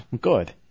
Good